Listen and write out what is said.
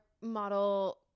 model